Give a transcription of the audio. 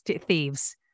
thieves